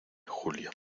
julia